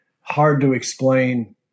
hard-to-explain